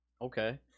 Okay